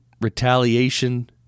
retaliation